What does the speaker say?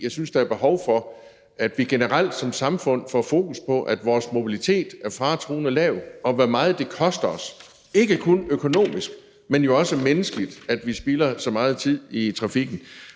vi synes, der er behov for, at vi generelt som samfund får fokus på, at vores mobilitet er faretruende lav, og på, hvor meget det koster os, ikke kun økonomisk, men jo også menneskeligt, at vi spilder så meget tid i trafikken.